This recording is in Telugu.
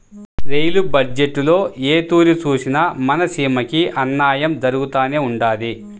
రెయిలు బజ్జెట్టులో ఏ తూరి సూసినా మన సీమకి అన్నాయం జరగతానే ఉండాది